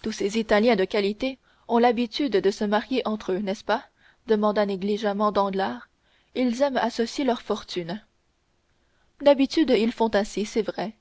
tous ces italiens de qualité ont l'habitude de se marier entre eux n'est-ce pas demanda négligemment danglars ils aiment à associer leurs fortunes d'habitude ils font ainsi c'est vrai